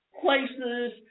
places